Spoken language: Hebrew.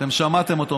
אתם שמעתם אותו,